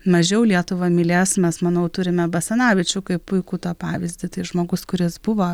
mažiau lietuvą mylės mes manau turime basanavičių kaip puikų tą pavyzdį tai žmogus kuris buvo